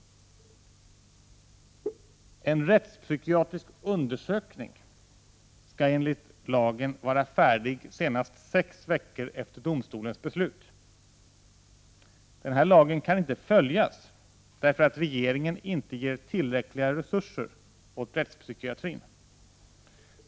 En rättspsykiatrisk undersökning skall enligt lagen vara färdig senast sex veckor efter domstolens beslut. Denna lag kan inte följas, därför att regeringen inte ger tillräckliga resurser åt rättspsykiatrin.